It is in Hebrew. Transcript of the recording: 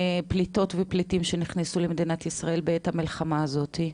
לפליטות ולפליטים שנכנסו למדינת ישראל בעת המלחמה הזאת?